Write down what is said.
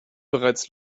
bereits